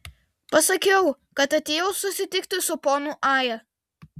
pasakiau kad atėjau susitikti su ponu aja